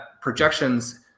projections